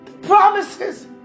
promises